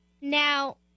Now